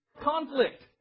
conflict